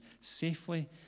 safely